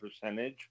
percentage